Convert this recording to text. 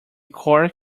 cord